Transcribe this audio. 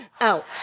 out